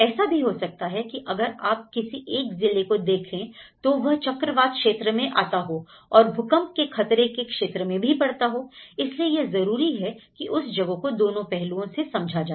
ऐसा भी हो सकता है कि अगर आप किसी एक जिले को देखें तो वह चक्रवात क्षेत्र में भी आता हो और भूकंप के खतरे के क्षेत्र में भी पढ़ता हो इसलिए यह जरूरी है कि उस जगह को दोनों पहलुओं से समझा जाए